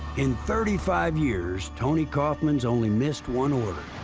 in thirty five years, tony coffman's only missed one order.